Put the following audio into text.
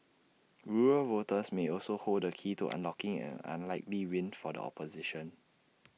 rural voters may also hold the key to unlocking an unlikely win for the opposition